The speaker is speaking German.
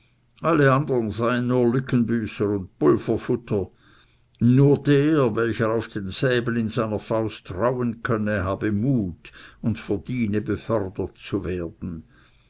alle andern seien nur lückenbüßer und pulverfutter und nur der welcher auf den säbel in seiner faust trauen könne habe mut und verdiene befördert zu werden